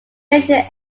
facial